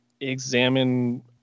examine